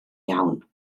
iawn